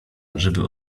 żeby